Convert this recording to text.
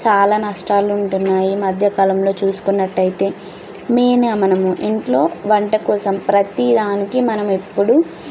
చాలా నష్టాలు ఉంటున్నాయి ఈ మధ్య కాలంలో చూసుకున్నట్టయితే మెయిన్గా మనము ఇంట్లో వంట కోసం ప్రతిదానికి మనం ఎప్పుడు